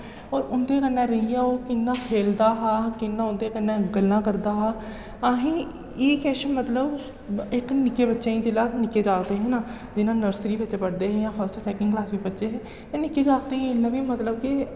होर उं'दे कन्नै रेहियै ओह् कि'यां खेलदा ऐ किन्ना उं'दे कन्नै गल्लां करदा हा असेंगी इ'यै किश मतलब इक निक्के बच्चें गी जिसलै अस निक्के जागत हे ना जियां नर्सरी बिच्च पढ़दे हे जां फस्ट सैकंड क्लास दे बच्चे हे निक्के जागतें गी इ'यां बी मतलब कि